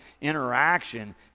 interaction